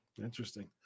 Interesting